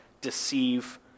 deceive